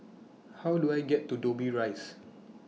How Do I get to Dobbie Rise